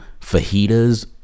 fajitas